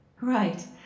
Right